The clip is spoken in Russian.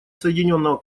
соединенного